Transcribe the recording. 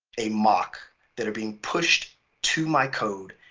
a mock that are being pushed to my code.